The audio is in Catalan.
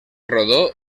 rodó